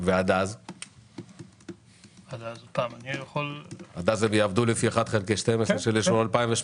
עד אז הם יעבדו לפי 1 חלקי 12 של אישור 2018?